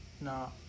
no